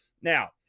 Now